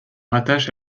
rattache